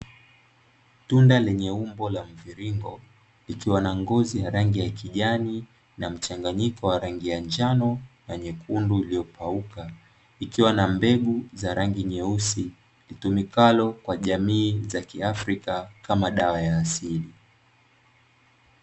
Tunda lenye umbo la mviringo ikiwa na ngozi ya rangi ya kijani na mchanganyiko wa rangi ya njano na nyekundu iliyopauka ikiwa na mbegu za rangi nyeusi itumikalo kwa jamii za kiafrika kama dawa ya asili .